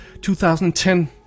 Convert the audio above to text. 2010